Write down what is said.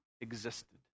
existed